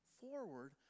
forward